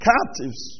Captives